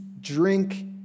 drink